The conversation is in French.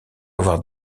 avoir